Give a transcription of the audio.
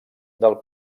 del